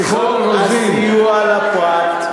בתחום הסיוע לפרט,